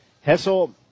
Hessel